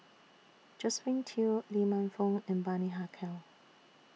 Josephine Teo Lee Man Fong and Bani Haykal